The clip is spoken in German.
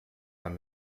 man